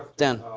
dan.